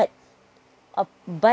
uh but